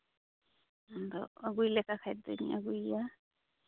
ᱟᱫᱚ ᱟᱹᱜᱩᱭ ᱞᱮᱠᱟ ᱠᱷᱟᱡ ᱫᱚᱧ ᱟᱹᱜᱩᱭᱮᱭᱟ